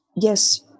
yes